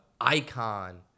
icon